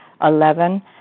Eleven